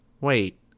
Wait